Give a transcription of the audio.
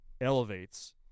elevates